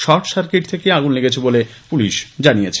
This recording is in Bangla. শর্ট সার্কিট থেকেই আগুন লেগেছে বলে পুলিশ জানিয়েছে